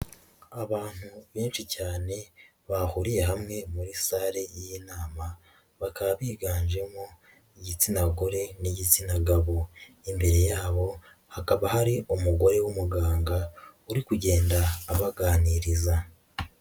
Abantu benshi cyane bahuriye hamwe muri sale y'inama bakaba biganjemo igitsina gore n'igitsina gabo, imbere yabo hakaba hari umugore w'umuganga uri kugenda abaganiriza.